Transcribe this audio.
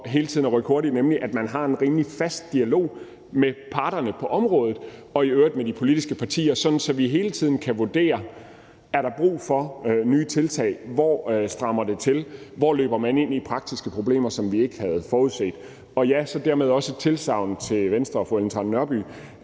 brug for at rykke hurtigt, nemlig at man har en rimelig fast dialog med parterne på området og i øvrigt med de politiske partier, sådan at vi hele tiden kan vurdere, om der er brug for nye tiltag; hvor strammer det til, og hvor løber man ind i praktiske problemer, som vi ikke havde forudset? Og det er dermed også et tilsagn til Venstre og fru Ellen Trane Nørby